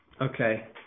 Okay